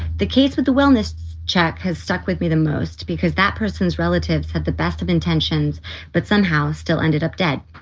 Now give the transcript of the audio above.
the case with the wellness check has stuck with me the most because that person's relatives had the best of intentions but somehow still ended up dead.